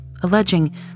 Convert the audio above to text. alleging